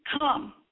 come